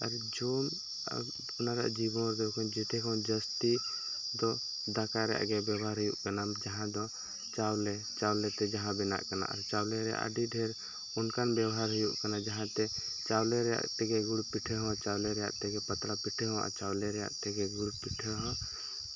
ᱟᱨ ᱡᱚᱢ ᱟᱯᱱᱟᱨᱟᱜ ᱡᱤᱵᱚᱱ ᱨᱮ ᱡᱚᱛᱚ ᱠᱷᱚᱱ ᱡᱟᱹᱥᱛᱤ ᱫᱚ ᱫᱟᱠᱟ ᱨᱮᱭᱟᱜ ᱜᱮ ᱵᱮᱵᱷᱟᱨ ᱦᱩᱭᱩᱜ ᱠᱟᱱᱟ ᱡᱟᱦᱟᱸ ᱫᱚ ᱪᱟᱣᱞᱮ ᱪᱟᱣᱞᱮ ᱛᱮ ᱡᱟᱦᱟᱸ ᱵᱮᱱᱟᱜ ᱠᱟᱱᱟ ᱟᱨ ᱪᱟᱣᱞᱮ ᱨᱮᱱᱟᱜ ᱟᱹᱰᱤ ᱰᱷᱮᱨ ᱚᱱᱠᱟᱱ ᱵᱮᱵᱦᱟᱨ ᱦᱩᱭᱩᱜ ᱠᱟᱱᱟ ᱡᱟᱦᱟᱸ ᱛᱮ ᱪᱟᱣᱞᱮ ᱨᱮᱭᱟᱜ ᱛᱮᱜᱮ ᱜᱩᱲ ᱯᱤᱴᱷᱟᱹ ᱪᱟᱣᱞᱮ ᱨᱮᱭᱟᱜ ᱛᱮᱜᱮ ᱯᱟᱛᱲᱟ ᱯᱤᱴᱷᱟᱹ ᱦᱚᱸ ᱟᱨ ᱪᱟᱣᱞᱮ ᱨᱮᱭᱟᱜ ᱛᱮᱜᱮ ᱜᱩᱲ ᱯᱤᱴᱷᱟᱹ ᱦᱚᱸ